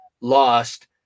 lost